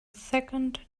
second